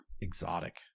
exotic